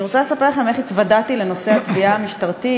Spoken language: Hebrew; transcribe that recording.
אני רוצה לספר לכם איך התוודעתי לנושא התביעה המשטרתית.